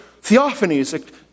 theophanies